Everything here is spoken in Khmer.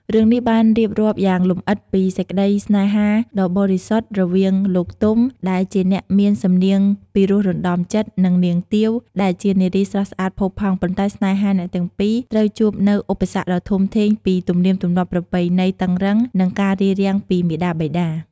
រឿងនេះបានរៀបរាប់យ៉ាងលម្អិតពីសេចក្តីស្នេហាដ៏បរិសុទ្ធរវាង លោក ទុំ ដែលជាអ្នកមានសំនៀងពីរោះរណ្តំចិត្ត និង នាង ទាវ ដែលជានារីស្រស់ស្អាតផូរផង់ ប៉ុន្តែស្នេហាអ្នកទាំងពីរត្រូវជួបនូវឧបសគ្គដ៏ធំធេងពី ទំនៀមទម្លាប់ប្រពៃណីតឹងរ៉ឹង និងការរារាំងពីមាតាបិតា។។